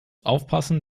aufpassen